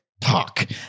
talk